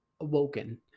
awoken